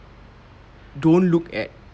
don't look at